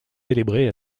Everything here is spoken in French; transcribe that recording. célébrés